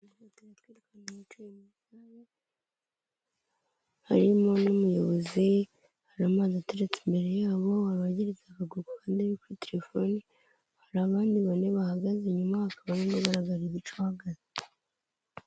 Ta yatwirukanye umucaye mutayu harimo n'umuyobozi haramana ateretse imbere yabo wabagirizaga gugo ande kuri telefoni hari abandi bane bahagaze inyumaka bamwe barazajya gucuga.